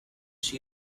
she